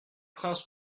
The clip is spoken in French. prince